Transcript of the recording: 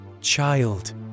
Child